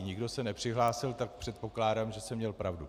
Nikdo se nepřihlásil, tak předpokládám, že jsem měl pravdu.